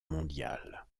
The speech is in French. mondiale